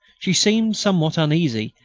she seemed somewhat uneasy,